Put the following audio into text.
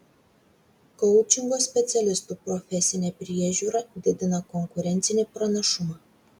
koučingo specialistų profesinė priežiūra didina konkurencinį pranašumą